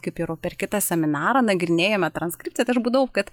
kaip ir o per kitą seminarą nagrinėjame transkripciją tai aš būdavau kad